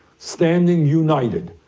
standing united,